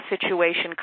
situation